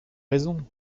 raison